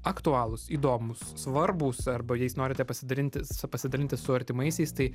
aktualūs įdomūs svarbūs arba jais norite pasidalinti su pasidalinti su artimaisiais tai